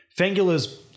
Fangula's